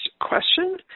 question